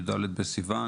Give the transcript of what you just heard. י"ד בסיון